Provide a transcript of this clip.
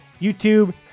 YouTube